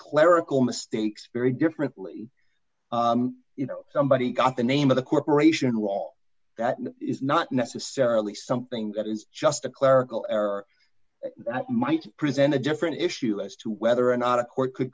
clerical mistakes very differently you know somebody's got the name of the corporation who all is not necessarily something that is just a clerical error might present a different issue as to whether or not a court could